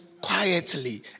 quietly